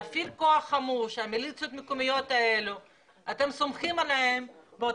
בהפעלת כוח חמוש ואתם סומכים עליהם במיליציות המקומיות האלה,